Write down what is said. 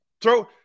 throw